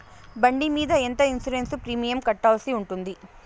బండి మీద ఎంత ఇన్సూరెన్సు ప్రీమియం కట్టాల్సి ఉంటుంది?